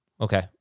Okay